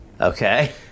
Okay